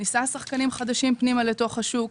מכניסה שחקנים חדשים פנימה לתוך השוק,